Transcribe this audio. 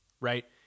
right